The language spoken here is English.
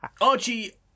archie